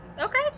okay